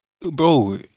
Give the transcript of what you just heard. Bro